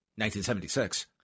1976